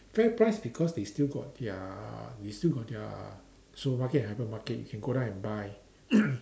FairPrice because they still got their they still got their supermarket andhypermarket you can go down and buy